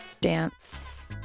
dance